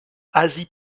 asie